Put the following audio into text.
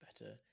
better